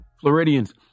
Floridians